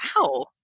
Wow